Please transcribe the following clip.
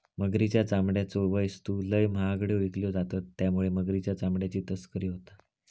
मगरीच्या चामड्याच्यो वस्तू लय महागड्यो विकल्यो जातत त्यामुळे मगरीच्या चामड्याची तस्करी होता